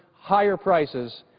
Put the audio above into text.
higher prices,